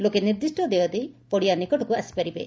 ଲୋକେ ନିର୍ଦ୍ଦିଷ୍ ଦେୟ ଦେଇ ପଡିଆ ନିକଟକୁ ଆସିପାରିବେ